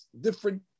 different